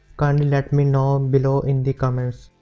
kindly let me know um below in the comments.